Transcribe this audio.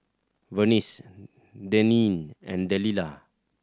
Vernice Deneen and Delilah